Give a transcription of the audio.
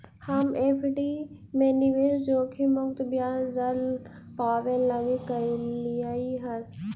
हम एफ.डी में निवेश जोखिम मुक्त ब्याज दर पाबे लागी कयलीअई हल